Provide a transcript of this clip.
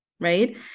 right